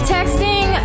Texting